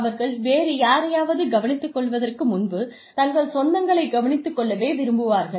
அவர்கள் வேறு யாரையாவது கவனித்துக்கொள்வதற்கு முன்பு தங்கள் சொந்தங்களை கவனித்துக் கொள்ளவே விரும்புவார்கள்